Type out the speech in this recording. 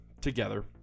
together